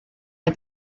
der